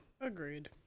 Agreed